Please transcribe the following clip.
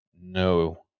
no